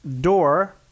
Door